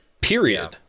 Period